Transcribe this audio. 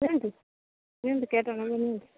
ନିଅନ୍ତୁ ନିଅନ୍ତୁ କେଉଁଟା ନେବେ ନିଅନ୍ତୁ